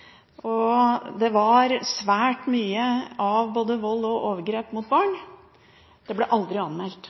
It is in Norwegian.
og det var svært mye av både vold og overgrep mot barn, men det ble aldri anmeldt;